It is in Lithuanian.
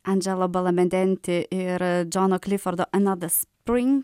andželo balamedenti ir džono klifordo another spring